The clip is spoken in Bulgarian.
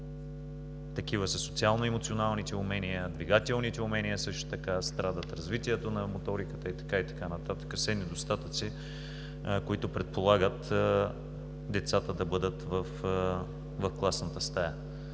Такива са социално-емоционалните умения, двигателните умения също така страдат, развитието на моториката и така нататък – все недостатъци, които предполагат децата да бъдат в класната стая.